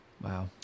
wow